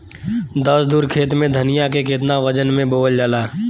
दस धुर खेत में धनिया के केतना वजन मे बोवल जाला?